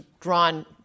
drawn